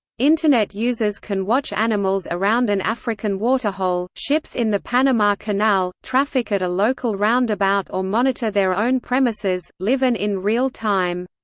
internet users can watch animals around an african waterhole, ships in the panama canal, traffic at a local roundabout or monitor their own premises, live and in real time.